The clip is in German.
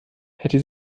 hätte